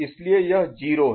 इसलिए यह 0 है